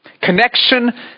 Connection